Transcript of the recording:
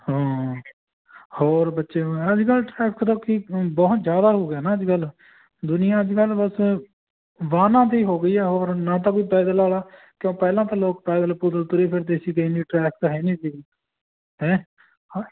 ਹਾਂ ਹੋਰ ਬੱਚੇ ਨੂੰ ਹੈ ਨਾ ਜਿੱਦਾਂ ਟ੍ਰੈਫਿਕ ਦਾ ਕੀ ਬਹੁਤ ਜ਼ਿਆਦਾ ਹੋ ਗਿਆ ਨਾ ਅੱਜ ਕੱਲ੍ਹ ਦੁਨੀਆਂ ਅੱਜ ਕੱਲ੍ਹ ਬਸ ਵਾਹਨਾਂ 'ਤੇ ਹੀ ਹੋ ਗਈ ਆ ਹੋਰ ਨਾਂ ਤਾਂ ਕੋਈ ਪੈਦਲ ਵਾਲਾ ਕਿਉਂ ਪਹਿਲਾਂ ਤਾਂ ਲੋਕ ਪੈਦਲ ਪੁਦਲ ਤੁਰੀ ਫਿਰਦੇ ਸੀਗੇ ਇੰਨੀ ਟ੍ਰੈਫਿਕ ਹੈ ਨਹੀਂ ਸੀਗੀ ਹੈਂ ਹਾਂ